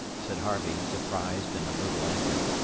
said harvey, surprised and a little angry.